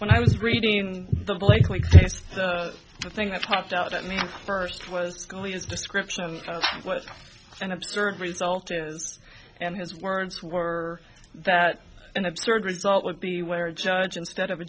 when i was reading the blakely case the thing that popped out at me first was going to his description of what an absurd result is and his words were that an absurd result would be where a judge instead of a